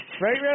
Right